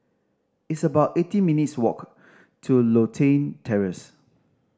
it's about eighteen minutes' walk to Lothian Terrace